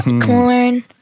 corn